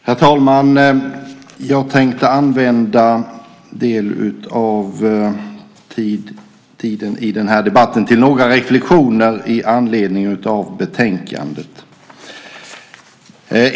Herr talman! Jag tänkte använda en del av tiden i den här debatten till några reflexioner i anledning av betänkandet.